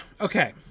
Okay